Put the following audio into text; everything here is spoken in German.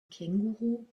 känguru